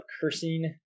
cursing